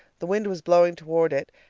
the wind was blowing toward it,